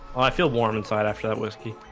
i feel warm inside after that whiskey,